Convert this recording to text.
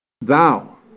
Thou